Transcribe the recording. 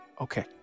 Okay